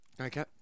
Okay